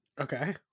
Okay